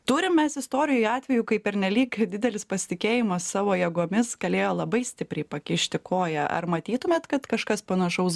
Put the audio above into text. turim mes istorijoj atvejų kai pernelyg didelis pasitikėjimas savo jėgomis galėjo labai stipriai pakišti koją ar matytumėt kad kažkas panašaus